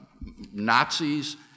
Nazis